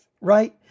right